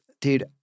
dude